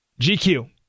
GQ